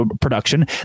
production